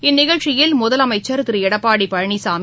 இந்நிகழ்ச்சியில் முதலமைச்சர் திரு எடப்பாடி பழனிசாமி